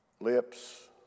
lips